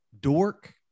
dork